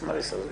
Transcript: נשמע לי סביר.